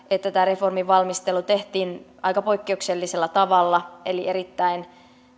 sen valmistelu tehtiin aika poikkeuksellisella tavalla eli erittäin